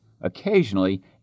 Occasionally